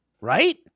Right